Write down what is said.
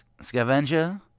Scavenger